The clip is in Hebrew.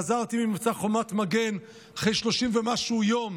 חזרתי ממבצע חומת מגן אחרי 30 ומשהו יום